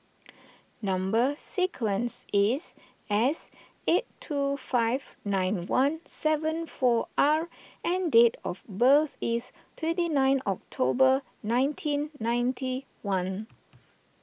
Number Sequence is S eight two five nine one seven four R and date of birth is twenty nine October nineteen ninety one